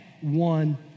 one